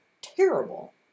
terrible